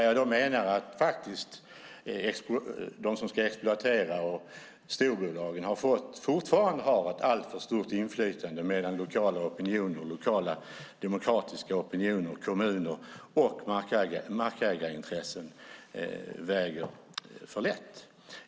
Jag menar att de som ska exploatera och storbolagen fortfarande har alltför stort inflytande medan lokala demokratiska opinioner, kommuner och markägarintressen väger för lätt.